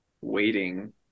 waiting